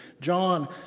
john